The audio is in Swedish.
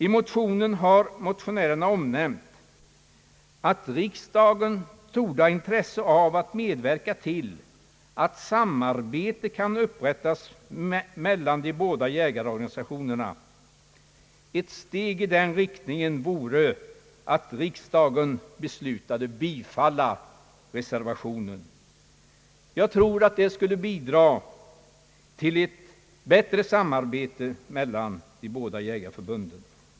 I motionen framhålles att motionärerna är övertygade om att riksdagen torde ha intresse av att medverka till att samarbete kan upprättas mellan de båda jägarorganisationerna. Ett steg i den riktningen vore att riksdagen beslutade bifalla reservationen. Jag tror att det skulle bidra till ett bättre samarbete mellan de båda jägarförbunden.